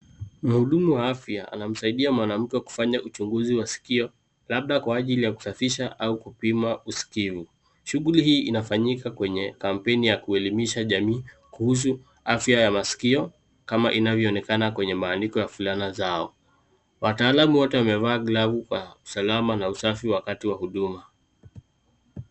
Muhudumu wa afya anamsaidia mwanamke kufanya uchunguzi wa sikio, labda kwa ajili ya kusafisha au kupima usikivu, shuguli hii inafanyika kwenye kampeni ya kuelimisha jamii, kuhusu afya ya maskio, kama inavyo onekana kwenye maandiko ya fulana zao, wataalamu wote wamevaa glavu kwa usalama na usafi wakati wa huduma.